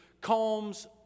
calms